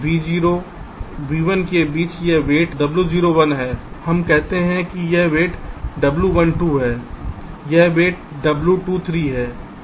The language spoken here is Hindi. V0 v1 के बीच यह एक वेट W01 है हम कहते हैं कि यह एक वेट W12 है यह एक वेट W23 और W24 है